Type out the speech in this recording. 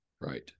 right